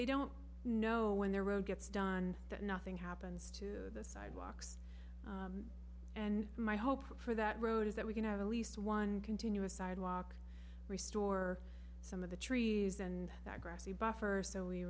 they don't know when their road gets done that nothing happens to the sidewalks and my hope for that road is that we can have at least one continuous sidewalk restore some of the trees and that grassy buffer so we